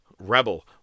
Rebel